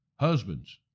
Husbands